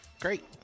Great